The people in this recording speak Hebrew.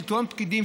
שלטון פקידים,